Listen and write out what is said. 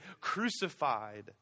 crucified